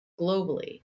globally